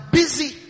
busy